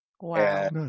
Wow